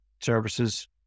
services